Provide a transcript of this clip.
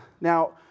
Now